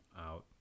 out